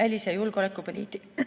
välis‑ ja julgeolekupoliitika